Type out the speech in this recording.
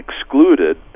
excluded